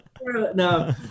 No